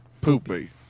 poopy